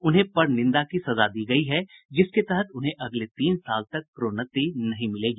उन्हें परनिंदा की सजा दी गयी है जिसके तहत उन्हें अगले तीन साल तक प्रोन्नति नहीं मिलेगी